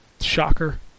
Shocker